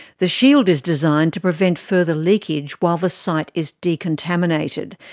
the shield is designed to prevent further leakage while the site is decontaminated,